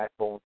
iPhone